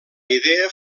idea